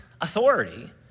authority